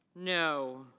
no.